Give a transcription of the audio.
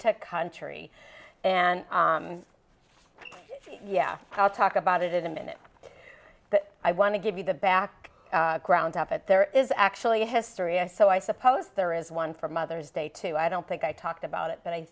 to country and yes i'll talk about it in a minute but i want to give you the back ground up at there is actually history and so i suppose there is one for mother's day two i don't think i talked about it but i